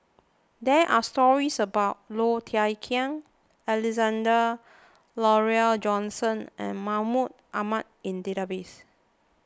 there are stories about Low Thia Khiang Alexander Laurie Johnston and Mahmud Ahmad in database